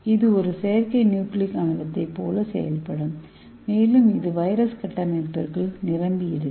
இது ஒரு செயற்கை நியூக்ளிக் அமிலத்தைப் போல செயல்படும் மேலும் இது வைரஸ் கட்டமைப்பிற்குள் நிரம்பியிருக்கும்